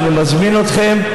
כשאני מזמין אתכם,